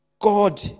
God